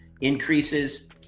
increases